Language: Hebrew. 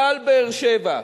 ועל באר-שבע,